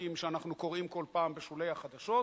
טוקבקים שאנחנו קוראים כל פעם בשולי החדשות